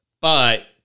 but-